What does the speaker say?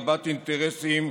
רבת-אינטרסים,